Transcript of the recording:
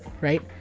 right